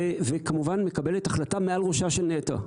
וכמובן מקבלת החלטה מעל ראשה של נת"ע.